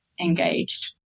engaged